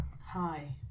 Hi